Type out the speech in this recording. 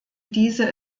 diese